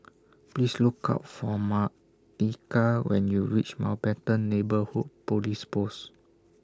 Please Look For Martika when YOU REACH Mountbatten Neighbourhood Police Post